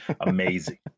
amazing